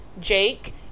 Jake